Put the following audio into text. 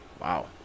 Wow